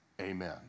Amen